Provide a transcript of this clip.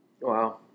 Wow